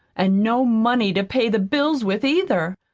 an' no money to pay the bills with, either?